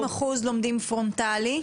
70% לומדים פרונטלי.